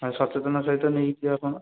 ଆଉ ସଚେତନ ସହିତ ନେଇଯିବେ ଆପଣ